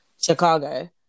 Chicago